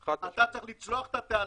אתה צריך לצלוח את התעלה,